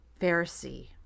Pharisee